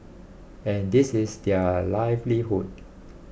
and this is their livelihood